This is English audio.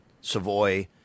Savoy